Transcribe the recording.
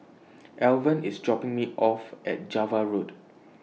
Alvan IS dropping Me off At Java Road